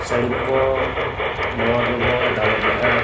ᱥᱟᱹᱲᱤᱢ ᱠᱚ ᱱᱟᱣᱟ ᱜᱮᱵᱚ ᱫᱟᱞᱚᱵᱮᱜᱼᱟ